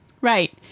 Right